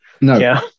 No